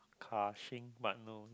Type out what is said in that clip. car but no